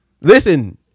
Listen